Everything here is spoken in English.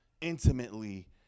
intimately